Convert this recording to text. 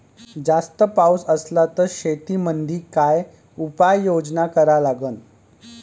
जास्त पाऊस असला त शेतीमंदी काय उपाययोजना करा लागन?